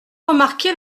remarqué